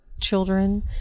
children